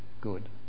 good